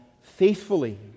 faithfully